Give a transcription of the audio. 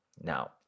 Now